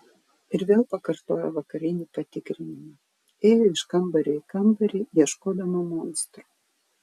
ir vėl pakartojo vakarinį patikrinimą ėjo iš kambario į kambarį ieškodama monstrų